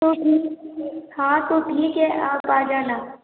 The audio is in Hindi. तो ठीक है हाँ तो ठीक है आप आ जाना